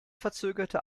verzögerte